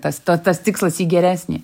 tas ta tas tikslas į geresnį